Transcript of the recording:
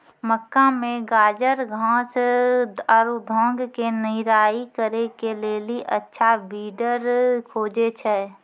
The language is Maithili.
मक्का मे गाजरघास आरु भांग के निराई करे के लेली अच्छा वीडर खोजे छैय?